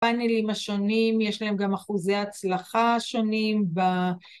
פאנלים השונים יש להם גם אחוזי הצלחה שונים